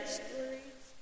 stories